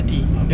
ah